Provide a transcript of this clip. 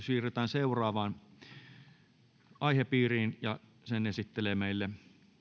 siirrytään seuraavaan aihepiiriin ja sen esittelee meille